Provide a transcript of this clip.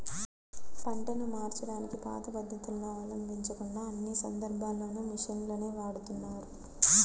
పంటను నూర్చడానికి పాత పద్ధతులను అవలంబించకుండా అన్ని సందర్భాల్లోనూ మిషన్లనే వాడుతున్నారు